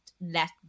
let